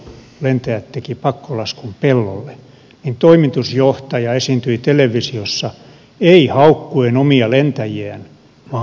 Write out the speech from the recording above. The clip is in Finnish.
kukaan ei kuollut lentäjät tekivät pakkolaskun pellolle ja toimitusjohtaja esiintyi televisiossa ei haukkuen omia lentäjiään vaan kehuen